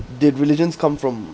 did religions come from